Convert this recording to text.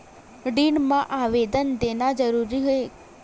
ऋण मा आवेदन देना जरूरी हे?